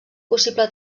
possible